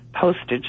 postage